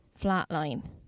Flatline